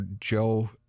Joe